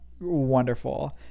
wonderful